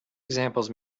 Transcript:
examples